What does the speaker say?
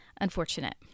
unfortunate